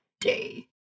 day